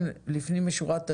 לפנים משורת הדין,